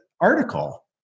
article